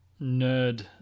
nerd